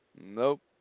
Nope